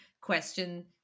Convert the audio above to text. question